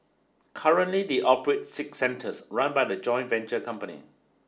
currently they operate six centres run by a joint venture company